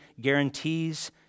guarantees